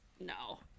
No